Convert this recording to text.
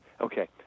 okay